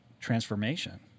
transformation